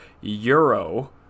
Euro